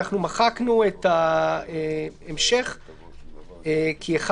אנחנו מחקנו את ההמשך כי (1),